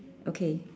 okay